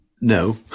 no